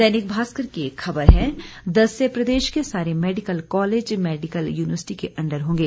दैनिक भास्कर की एक खबर है दस से प्रदेश के सारे मेडिकल कॉलेज मेडिकल यूनिवर्सिटी के अंडर होंगे